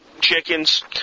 chickens